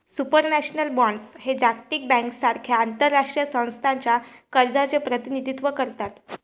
supranational बॉण्ड्स हे जागतिक बँकेसारख्या आंतरराष्ट्रीय संस्थांच्या कर्जाचे प्रतिनिधित्व करतात